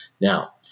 Now